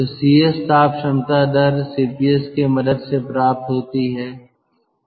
तो Cs ताप क्षमता दर ̇Cps की मदद से प्राप्त होती है